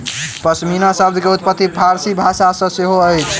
पश्मीना शब्द के उत्पत्ति फ़ारसी भाषा सॅ सेहो अछि